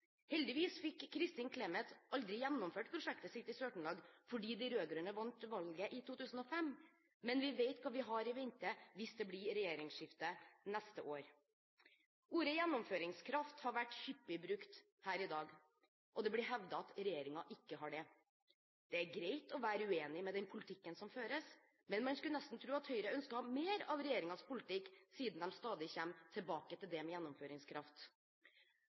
Heldigvis fikk Kristin Clemet aldri gjennomført prosjektet sitt i Sør-Trøndelag fordi de rød-grønne vant valget i 2005. Men vi vet hva vi har i vente hvis det blir et regjeringsskifte neste år. Ordet «gjennomføringskraft» har vært hyppig brukt her i dag, og det blir hevdet at regjeringen ikke har det. Det er greit å være uenige om den politikken som føres, men man skulle nesten tro at Høyre ønsket mer av regjeringens politikk siden de stadig kommer tilbake til det med gjennomføringskraft.